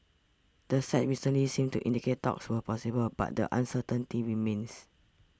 the sides recently seemed to indicate talks were possible but the uncertainty remains